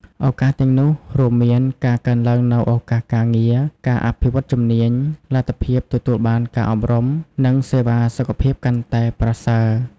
ឱកាសទាំងនោះរួមមានការកើនឡើងនូវឱកាសការងារ ការអភិវឌ្ឍជំនាញ លទ្ធភាពទទួលបានការអប់រំ និងសេវាសុខភាពកាន់តែប្រសើរ។